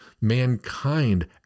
Mankind